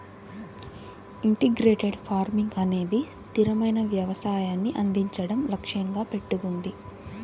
integrated farming అనేది స్థిరమైన వ్యవసాయాన్ని అందించడం లక్ష్యంగా పెట్టుకుంది